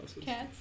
Cats